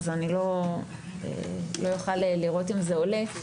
אז לא אוכל לראות אם זה עולה,